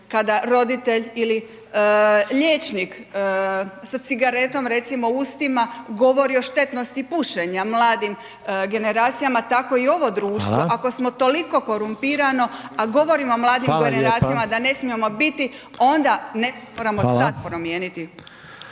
kada roditelj ili liječnik sa cigaretom recimo u ustima govori o štetnosti pušenja mladim generacijama tako i ovo društvo ako smo toliko korumpirano a govorimo mladim generacijama da ne smijemo biti onda nešto moramo sad promijeniti.